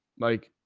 like,